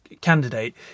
candidate